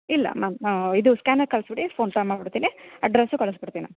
ಇಲ್ಲ ಮತ್ತು ಇದು ಸ್ಕ್ಯಾನರ್ ಕಳಿಸ್ಬಿಡಿ ಫೋನ್ ಪೇ ಮಾಡಿಬಿಡ್ತೀನಿ ಅಡ್ರಸ್ಸು ಕಳಿಸ್ಬಿಡ್ತೀನಾ